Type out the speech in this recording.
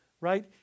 right